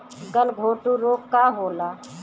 गलघोंटु रोग का होला?